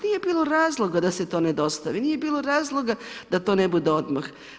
Nije bilo razloga da se to ne dostavi, nije bilo razloga da to ne bude odmah.